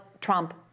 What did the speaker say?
Trump